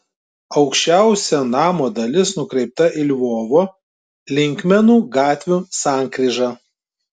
aukščiausia namo dalis nukreipta į lvovo linkmenų gatvių sankryžą